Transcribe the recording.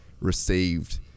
received